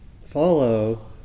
follow